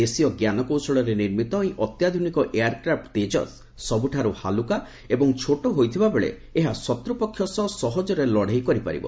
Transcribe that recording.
ଦେଶୀୟ ଜ୍ଞାନକୌଶଳରେ ନିର୍ମିତ ଏହି ଅତ୍ୟାଧୁନିକ ଏୟାରକ୍ରାଫୂ ତେଜସ୍ ସବୁଠାରୁ ହାଲୁକା ଏବଂ ଛୋଟ ହୋଇଥିବା ବେଳେ ଏହା ଶତ୍ରପକ୍ଷ ସହ ସହଜରେ ଲଢ଼େଇ କରିପାରିବ